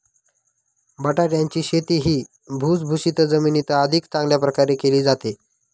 बटाट्याची शेती ही भुसभुशीत जमिनीत अधिक चांगल्या प्रकारे केली जाते